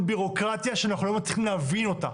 ביורוקרטיה שאנחנו לא מצליחים להבין אותה,